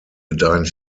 gedeihen